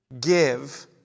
Give